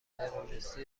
تروریستی